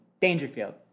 Dangerfield